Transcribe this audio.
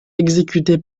exécuté